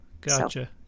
Gotcha